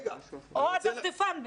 או הדפדפן.